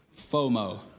FOMO